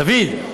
דוד.